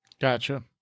gotcha